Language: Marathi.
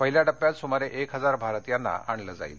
पहिल्या टप्प्यात सुमारे एक हजार भारतीयांना आणलं जाईल